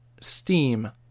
Steam